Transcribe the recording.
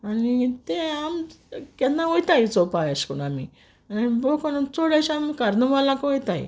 आनी ते आम केन्ना वोयताय चोवपा अेशकोन्न आमी भोव कोरून चोड कोरून अेश आम कार्नवालाकू वोयताय